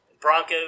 Broncos